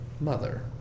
mother